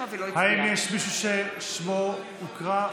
מישהו ששמו לא הוקרא?